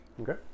Okay